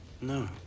No